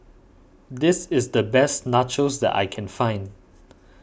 this is the best Nachos that I can find